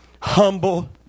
humble